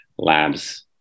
labs